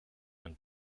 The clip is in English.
and